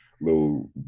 little